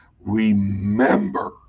remember